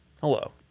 Hello